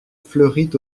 fleurit